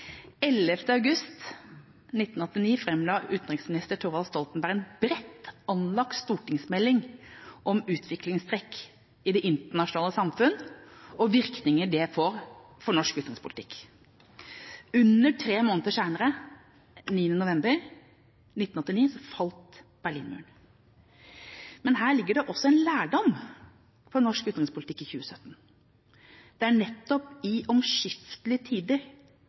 11. august 1989 framla utenriksminister Thorvald Stoltenberg en bredt anlagt stortingsmelding om utviklingstrekk i det internasjonale samfunn og virkninger det ville få for norsk utenrikspolitikk. Under tre måneder senere, den 9. november 1989, falt Berlinmuren. Men her ligger det også en lærdom for norsk utenrikspolitikk i 2017. Det er nettopp i omskiftelige tider